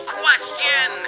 question